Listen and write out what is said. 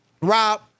Rob